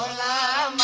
la